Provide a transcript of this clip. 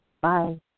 Bye